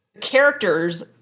characters